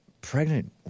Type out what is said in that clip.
pregnant